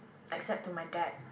except to my dad